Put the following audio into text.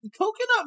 Coconut